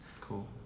Cool